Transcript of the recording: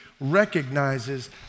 recognizes